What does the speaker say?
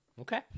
Okay